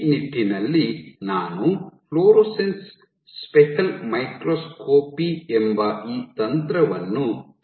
ಈ ನಿಟ್ಟಿನಲ್ಲಿ ನಾನು ಫ್ಲೋರೊಸೆನ್ಸ್ ಸ್ಪೆಕಲ್ ಮೈಕ್ರೋಸ್ಕೋಪಿ ಎಂಬ ಈ ತಂತ್ರವನ್ನು ಪರಿಚಯಿಸಿದೆ